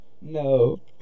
No